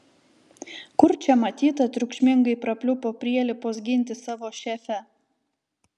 kur čia matyta triukšmingai prapliupo prielipos ginti savo šefę